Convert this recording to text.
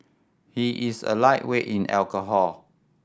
he is a lightweight in alcohol